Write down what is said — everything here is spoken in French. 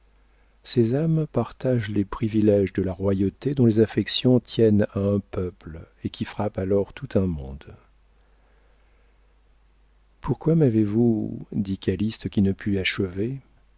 ces âmes partagent les priviléges de la royauté dont les affections tiennent à un peuple et qui frappent alors tout un monde pourquoi m'avez-vous dit calyste qui ne put achever